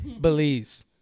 Belize